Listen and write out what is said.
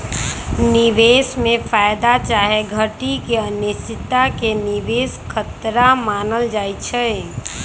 निवेश में फयदा चाहे घटि के अनिश्चितता के निवेश खतरा मानल जाइ छइ